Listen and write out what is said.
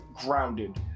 grounded